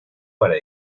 para